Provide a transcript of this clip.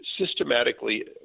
systematically